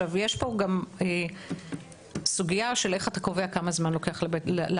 יש פה גם סוגיה איך אתה קובע כמה זמן לוקח לאדם.